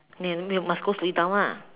没有没有 must go slowly down lah